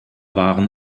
waren